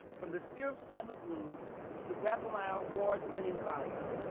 from the spirituals and the blues to the grawemeyer award winning volume,